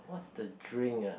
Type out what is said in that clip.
what's the drink ah